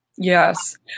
Yes